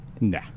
Nah